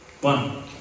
One